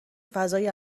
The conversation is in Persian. فضای